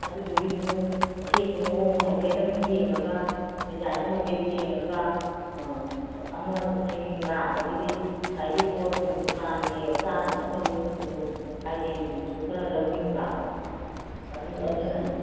ꯑꯗꯨꯗꯨꯒꯤꯁꯨ cake ꯃꯑꯣꯡꯗꯣ ꯍꯥꯏꯐꯦꯠꯇꯪ ꯌꯦꯡꯉꯒ ꯗꯤꯖꯥꯏꯟꯗꯣ ꯍꯥꯏꯐꯦꯠ ꯌꯦꯡꯉꯒ ꯑꯃ ꯁꯤꯡꯅꯤꯡꯕ ꯑꯗꯒꯤꯗꯤ ꯉꯁꯥꯏꯒꯤ ꯄꯣꯠ ꯗꯨꯀꯥꯟꯒꯤ ꯆꯥꯅ ꯊꯛꯅꯕꯁꯤꯡꯗꯨꯁꯨ ꯑꯥꯏꯇꯦꯝꯁꯤꯡꯗꯨꯁꯨ ꯈꯔ ꯂꯧꯅꯤꯡꯕ ꯑꯗ ꯑꯗꯨꯅꯅꯤ